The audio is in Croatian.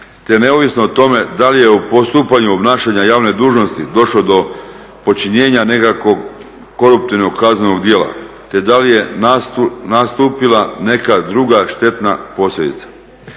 te neovisno o tome da li je u postupanju obnašanja javne dužnosti došlo do počinjenja nekakvog koruptivnog kaznenog djela te da li je nastupila neka druga štetna posljedica.